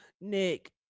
Nick